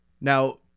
Now